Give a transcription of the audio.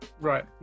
right